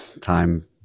time